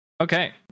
Okay